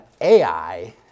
Ai